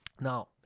now